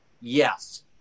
yes